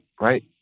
right